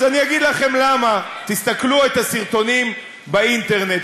אז אני אגיד לכם למה: תסתכלו בסרטונים באינטרנט,